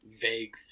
vague